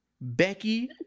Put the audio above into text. Becky